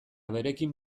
berekin